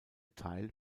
teil